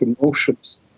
emotions